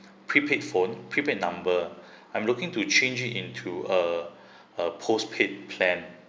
prepaid phone prepaid number I'm looking to change it into a a postpaid plan